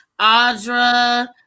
Audra